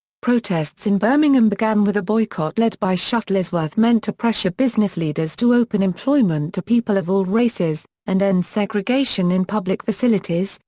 protests in birmingham began with a boycott led by shuttlesworth meant to pressure business leaders to open employment to people of all races, and end segregation in public facilities,